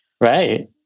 Right